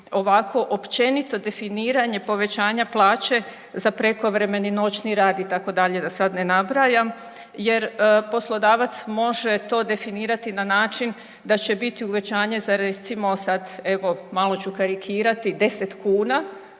ovako općenito definiranje povećanja plaće za prekovremeni, noćni rad itd. da sad ne nabrajam jer poslodavac može to definirati na način da će biti uvećanje za recimo sad evo malo ću karikirati 10 kuna